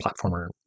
platformer